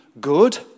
good